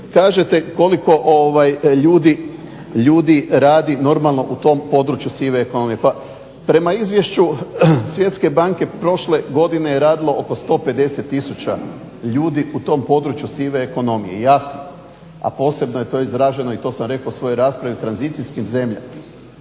kažete koliko ljudi radi u tom području sive ekonomije. Pa prema izvješću Svjetske banke prošle godine je radilo oko 150 tisuća ljudi u tom području sive ekonomije, jasno, a posebno je to izraženo i to sam rekao u svojoj raspravi u tranzicijskim zemljama,